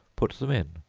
put them in,